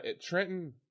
Trenton